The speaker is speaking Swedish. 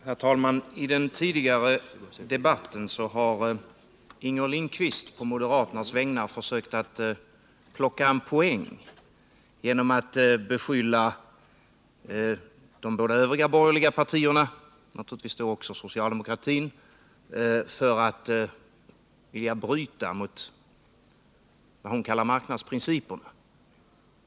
Herr talman! Tidigare i debatten har Inger Lindquist på moderaternas vägnar försökt ta en poäng genom att beskylla de båda övriga borgerliga partierna — och naturligtvis även socialdemokratin — för att vilja bryta mot vad hon kallar marknadsprinciperna.